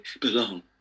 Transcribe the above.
belong